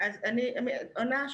אני עונה שוב.